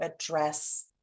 address